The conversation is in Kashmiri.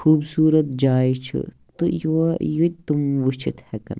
خوٗبصوٗرَت جاے چھِ تہٕ یور یِتہِ تم وٕچِتھ ہٮ۪کَن